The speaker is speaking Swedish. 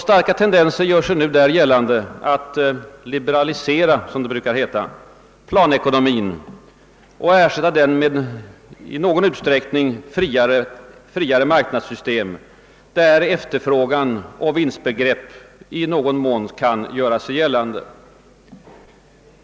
Starka tendenser gör sig nu där gällande att »liberalisera», som det brukar heta, planekonomin och att ersätta den med ett i någon utsträckning friare marknadssystem, där efterfrågan och vinstbegreppet på nytt i någon mån kan göra sig gällande.